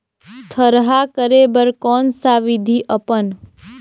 थरहा करे बर कौन सा विधि अपन?